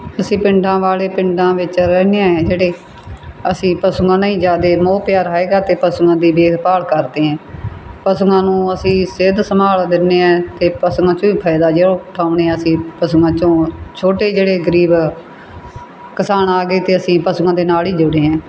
ਅਸੀਂ ਪਿੰਡਾਂ ਵਾਲੇ ਪਿੰਡਾਂ ਵਿੱਚ ਰਹਿੰਦੇ ਹਾਂ ਜਿਹੜੇ ਅਸੀਂ ਪਸ਼ੂਆਂ ਨਾਲ ਹੀ ਜ਼ਿਆਦਾ ਮੋਹ ਪਿਆਰ ਹੈਗਾ ਅਤੇ ਪਸ਼ੂਆਂ ਦੀ ਦੇਖਭਾਲ ਕਰਦੇ ਹਾਂ ਪਸ਼ੂਆਂ ਨੂੰ ਅਸੀਂ ਸਿਹਤ ਸੰਭਾਲ ਦਿੰਦੇ ਹਾਂ ਅਤੇ ਪਸ਼ੂਆਂ 'ਚੋਂ ਹੀ ਫਾਇਦਾ ਜੇ ਉਹ ਉਠਾਉਂਦੇ ਹਾਂ ਅਸੀਂ ਪਸ਼ੂਆਂ 'ਚੋਂ ਛੋਟੇ ਜਿਹੜੇ ਗਰੀਬ ਕਿਸਾਨ ਆ ਗਏ ਅਤੇ ਅਸੀਂ ਪਸ਼ੂਆਂ ਦੇ ਨਾਲ ਹੀ ਜੁੜੇ ਹਾਂ